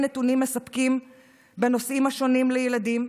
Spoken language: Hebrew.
נתונים מספקים בנושאים השונים של ילדים,